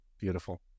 Beautiful